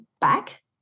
back